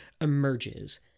emerges